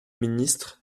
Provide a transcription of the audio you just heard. ministre